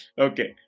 Okay